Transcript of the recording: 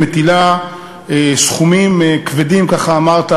היא מטילה סכומים כבדים" כך אמרת,